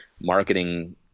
marketing